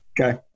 Okay